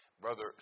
Brother